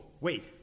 Wait